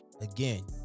again